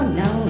no